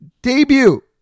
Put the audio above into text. debut